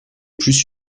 plus